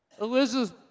Elizabeth